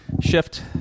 shift